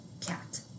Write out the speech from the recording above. cat